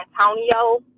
antonio